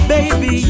Baby